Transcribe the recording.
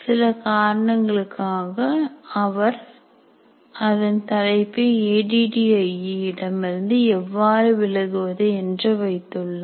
சில காரணங்களுக்காக அவர் அதன் தலைப்பை A D D I E இடம் இருந்து எவ்வாறு விலகுவது என்று வைத்துள்ளார்